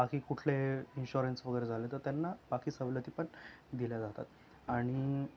बाकी कुठले इन्श्युरन्स वगैरे झाले तर त्यांना बाकी सवलती पण दिल्या जातात आणि